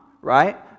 right